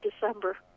December